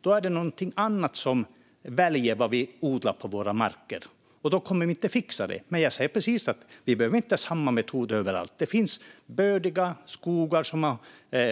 Då är det någonting annat som avgör vad vi odlar på våra marker, och då kommer vi inte att fixa det. Men jag säger precis att vi inte behöver ha samma metod överallt. Det finns bördiga skogar som har